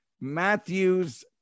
Matthews